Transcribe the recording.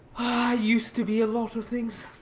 used to be a lot of things.